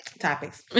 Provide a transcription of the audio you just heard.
topics